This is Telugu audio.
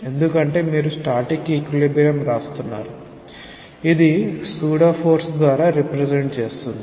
ఎందుకంటే మీరు స్టాటిక్ ఈక్విలిబ్రియమ్ వ్రాస్తున్నారు ఇది సూడో ఫోర్స్ ద్వారా రిప్రెసెంట్ చేస్తుంది